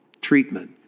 treatment